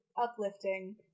uplifting